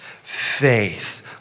faith